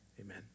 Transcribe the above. Amen